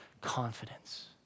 confidence